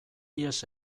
ihes